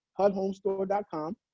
hudhomestore.com